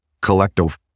collective